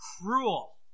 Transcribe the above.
cruel